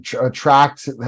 attract